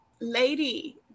lady